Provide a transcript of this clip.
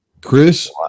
Chris